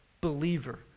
Believer